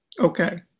Okay